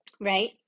Right